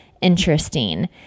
interesting